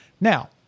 Now